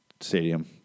Stadium